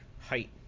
height